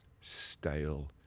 stale